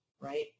right